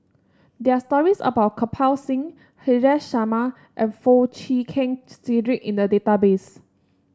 there are stories about Kirpal Singh Haresh Sharma and Foo Chee Keng Cedric in the database